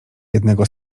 jednego